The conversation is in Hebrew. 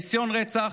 ניסיון רצח,